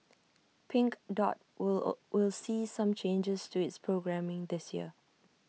pink dot will will see some changes to its programming this year